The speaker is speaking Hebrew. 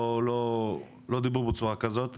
לא דיברו בצורה כזאת,